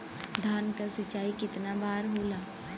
धान क सिंचाई कितना बार होला?